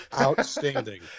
Outstanding